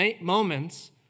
moments